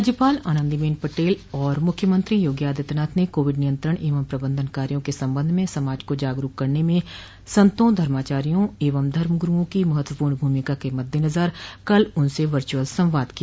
राज्यपाल आनंदी बेन पटेल एवं मुख्यमंत्री योगी आदित्यनाथ ने कोविड नियंत्रण एवं प्रबन्धन कार्यों के सम्बन्ध में समाज को जागरूक करने में सतो धर्माचार्यों एवं धर्म गुरुओं की महत्वपूर्ण भूमिका के मद्देनज़र कल उनसे वर्चुअल संवाद किया